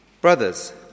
Brothers